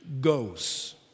goes